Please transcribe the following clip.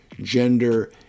gender